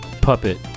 Puppet